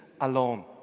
alone